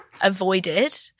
avoided